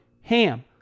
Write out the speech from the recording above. HAM